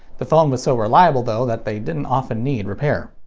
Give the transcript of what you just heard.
the phone was so reliable, though, that they didn't often need repair.